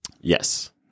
Yes